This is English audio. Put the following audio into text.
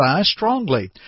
strongly